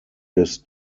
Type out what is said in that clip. des